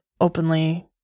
openly